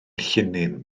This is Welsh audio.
llinyn